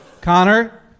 Connor